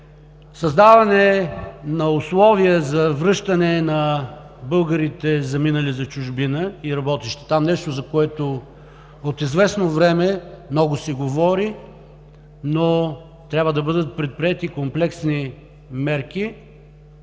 създаване на условия за връщане на българите, заминали за чужбина и работещи там – нещо, за което от известно време много се говори, но трябва да бъдат предприети комплексни мерки,